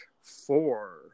four